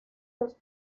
los